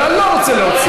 אבל אני לא רוצה להוציא.